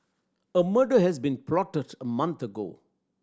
a murder has been plotted a month ago